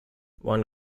one